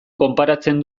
konparatzen